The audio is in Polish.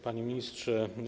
Panie Ministrze!